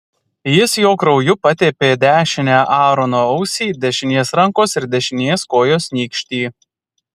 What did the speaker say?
jis jo krauju patepė dešinę aarono ausį dešinės rankos ir dešinės kojos nykštį